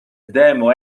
demo